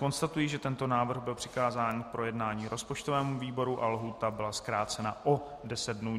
Konstatuji, že tento návrh byl přikázán k projednání rozpočtovému výboru a lhůta byla zkrácena o deset dnů.